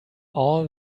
all